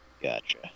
Gotcha